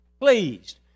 pleased